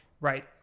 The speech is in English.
right